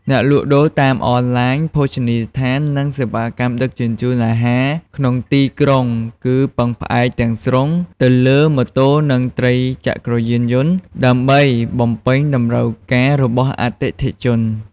អ្នកលក់ដូរតាមអនឡាញ ភោជនីយដ្ឋាន និងសេវាកម្មដឹកជញ្ជូនអាហារក្នុងទីក្រុងគឺពឹងផ្អែកទាំងស្រុងទៅលើម៉ូតូនិងត្រីចក្រយានយន្តដើម្បីបំពេញតម្រូវការរបស់អតិថិជន។